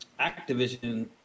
Activision